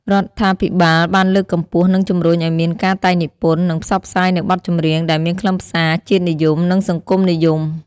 រដ្ឋាភិបាលបានលើកកម្ពស់ និងជំរុញឱ្យមានការតែងនិពន្ធ និងផ្សព្វផ្សាយនូវបទចម្រៀងដែលមានខ្លឹមសារ ជាតិនិយម និងសង្គមនិយម។